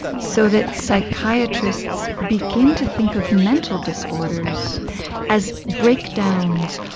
so that psychiatrists begin to think of mental disorders as breakdowns,